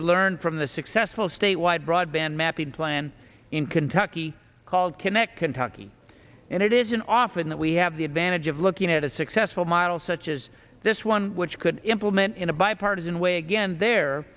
to learn from the successful statewide broadband mapping plan in kentucky called connect kentucky and it isn't often that we have the advantage of looking at a successful model such as this one which could implement in a bipartisan way again the